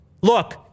look